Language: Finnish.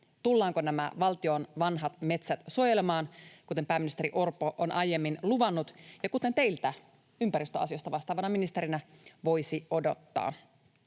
Tullaanko nämä valtion vanhat metsät suojelemaan, kuten pääministeri Orpo on aiemmin luvannut ja kuten teiltä ympäristöasioista vastaavana ministerinä voisi odottaa?